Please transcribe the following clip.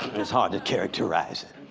it's hard to characterize it.